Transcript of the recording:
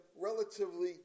relatively